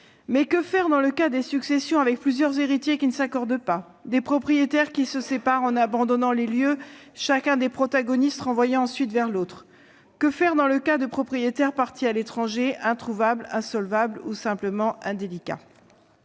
Mais que faire dans le cas des successions avec plusieurs héritiers qui ne s'accordent pas, des propriétaires qui se séparent en abandonnant les lieux, chacun des protagonistes renvoyant ensuite vers l'autre ? Que faire dans le cas de propriétaires partis pour l'étranger, introuvables, insolvables ou simplement indélicats ?